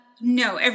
No